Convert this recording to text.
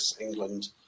England